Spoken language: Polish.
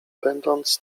będąc